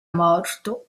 morto